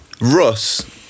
Russ